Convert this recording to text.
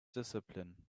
discipline